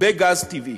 בגז טבעי,